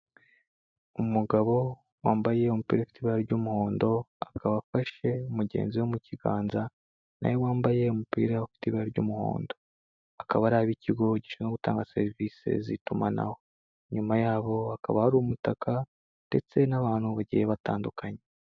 Umugabo wambaye umupira ufite ibara ry'umuhondo, akaba afashe umugenzi we mu kiganza, nawe wambaye umupira ufite ibara ry'umuhondo. Akaba ari ab'ikigo gishinzwe gutanga serivise z'itumanaho. Inyuma yabo hakaba hari umutaka, ndetse n'abantu bagiye batandukanye.